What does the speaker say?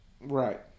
Right